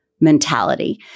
mentality